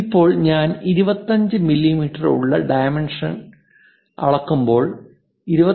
ഇപ്പോൾ ഞാൻ 25 മില്ലീമീറ്റർ ഉള്ള ഡൈമെൻഷൻ അളക്കുമ്പോൾ 25